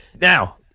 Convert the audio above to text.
Now